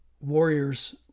Warriors